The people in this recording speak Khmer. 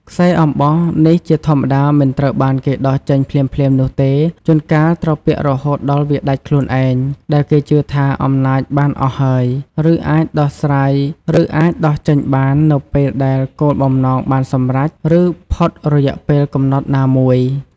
ខ្សែអំបោះនេះជាធម្មតាមិនត្រូវបានគេដោះចេញភ្លាមៗនោះទេ ជួនកាលត្រូវពាក់រហូតដល់វាដាច់ខ្លួនឯង ដែលគេជឿថាអំណាចបានអស់ហើយ ឬអាចដោះចេញបាននៅពេលដែលគោលបំណងបានសម្រេច ឬផុតរយៈពេលកំណត់ណាមួយ។